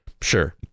sure